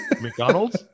McDonald's